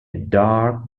dark